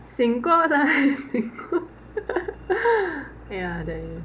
醒过来醒过来